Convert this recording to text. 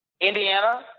Indiana